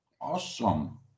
Awesome